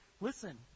listen